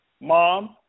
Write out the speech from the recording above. mom